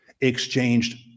exchanged